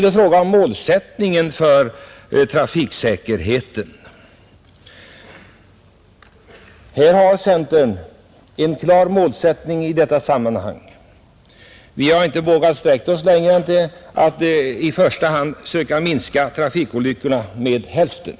Vad sedan målsättningen för trafiksäkerheten beträffar är denna för centerns vidkommande alldeles klar. Vi har inte vågat sträcka oss längre än till att i första hand försöka minska antalet trafikolyckor med hälften.